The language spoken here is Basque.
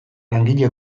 langile